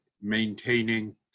maintaining